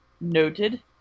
Noted